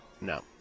No